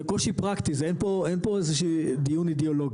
זה קושי פרקטי זה אין פה אין פה איזשהו דיון אידיאולוגי,